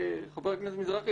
חבר הכנסת מזרחי,